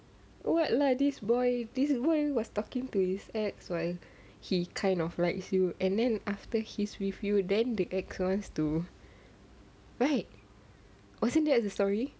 what lah this boy this what you was talking to his ex when he kind of likes you and then after he is with you then the ex wants to right wasn't that the story